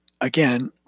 again